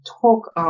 talk